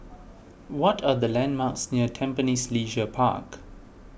what are the landmarks near Tampines Leisure Park